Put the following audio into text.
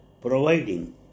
providing